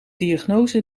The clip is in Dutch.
diagnose